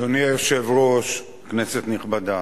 אדוני היושב-ראש, כנסת נכבדה,